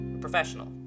professional